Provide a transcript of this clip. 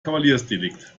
kavaliersdelikt